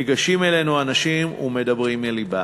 ניגשים אלינו אנשים ומדברים מלבם.